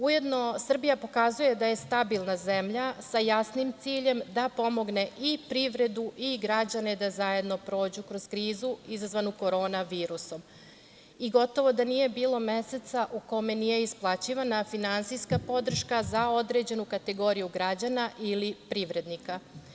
Ujedno Srbija pokazuje da je stabilna zemlja sa jasnim ciljem da pomogne i privredu i građane da zajedno prođu kroz krizu izazvanu korona virusom i gotovo da nije bilo meseca u kome nije isplaćivana finansijska podrška za određenu kategoriju građana ili privrednika.